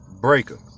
Breaker